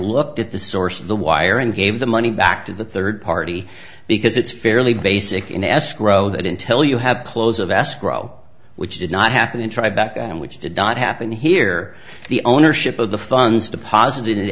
looked at the source of the wire and gave the money back to the third party because it's fairly basic in escrow that until you have close of escrow which did not happen in try back and which did not happen here the ownership of the funds deposited in